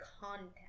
content